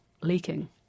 leaking